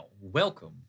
Welcome